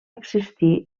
existir